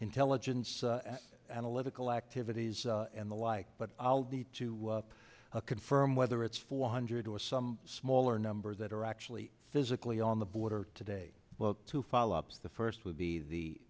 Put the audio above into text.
intelligence analysts ical activities and the like but i'll need to confirm whether it's four hundred or some smaller number that are actually physically on the border today well two follow ups the first would be the